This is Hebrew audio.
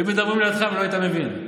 היו מדברים לידך ולא היית מבין.